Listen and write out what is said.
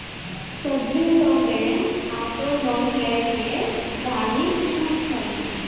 सभ्भे लोगै auto loan लेय के गाड़ी किनै छै